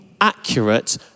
Accurate